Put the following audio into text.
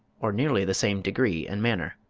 or nearly the same degree and manner.